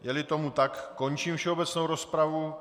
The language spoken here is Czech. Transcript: Jeli tomu tak, končím všeobecnou rozpravu.